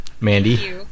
Mandy